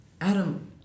Adam